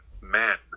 men